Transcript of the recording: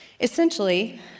Essentially